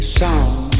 sound